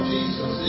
Jesus